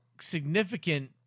significant